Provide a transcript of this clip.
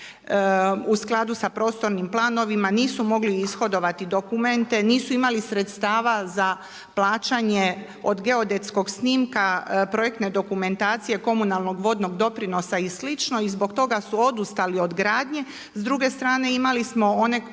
u skladu sa prostornim planovima nisu mogli ishodovati dokumente, nisu imali sredstava za plaćanje od geodetskog snimka projektne dokumentacije komunalnog vodnog doprinosa i slično. I zbog toga su odustali od gradnje. S druge strane, imali smo one